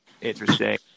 Interesting